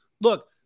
look